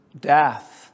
death